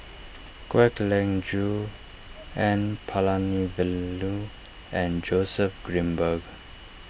Kwek Leng Joo N Palanivelu and Joseph Grimberg